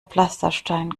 pflasterstein